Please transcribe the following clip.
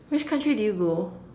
which country did you go